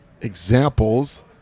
examples